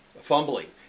fumbling